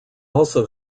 also